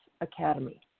Academy